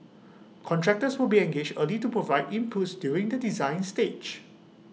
contractors will be engaged early to provide inputs during the design stage